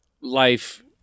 life